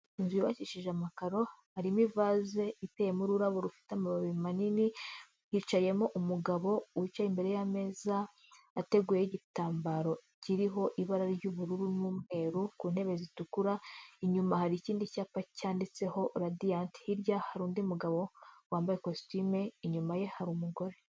Inzu yubakishije amakaro harimo ivaze iteyemo ururabo rufite amababi manini. Yicayemo umugabo, wicaye imbere y'ameza ateguyeho igitambaro kiriho ibara ry'ubururu n'umweru, ku ntebe zitukura inyuma hari ikindi cyapa cyanditseho "radiant". Hirya hari undi mugabo wambaye ikositimu, inyuma ye hari umugore.